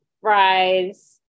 fries